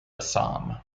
assam